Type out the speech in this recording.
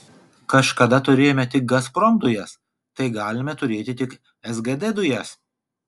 kažkada turėjome tik gazprom dujas tai galime turėti tik sgd dujas